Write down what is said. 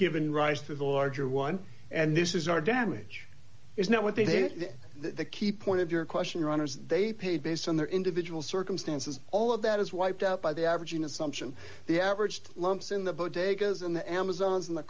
given rise to the larger one and this is our damage is not what they say the key point of your question runners they paid based on their individual circumstances all of that is wiped out by the average in assumption the averaged lumps in the bodegas and the amazons and the